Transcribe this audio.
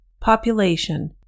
Population